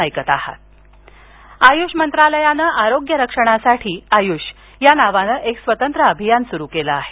आयुष अभियान आयुष मंत्रालयानं आरोग्यरक्षणासाठी आयुष या नावानं एक स्वतंत्र अभियान सुरु केलं आहे